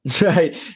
right